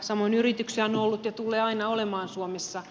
samoin yrityksiä on ollut ja tullee aina olemaan suomessa